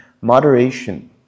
Moderation